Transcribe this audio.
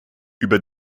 über